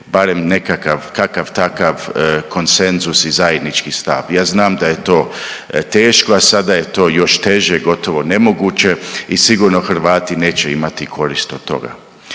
barem nekakav, kakav takav konsenzus i zajednički stav. Ja znam da je to teško, a sada je to još teže gotovo nemoguće i sigurno Hrvati neće imati korist od toga.